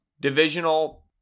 divisional